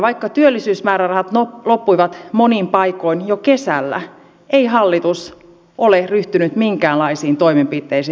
vaikka työllisyysmäärärahat loppuivat monin paikoin jo kesällä ei hallitus ole ryhtynyt minkäänlaisiin toimenpiteisiin